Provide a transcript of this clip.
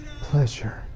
pleasure